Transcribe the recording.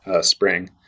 spring